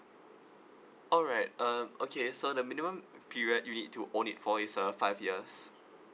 alright um okay so the minimum period you need to own it for is uh five years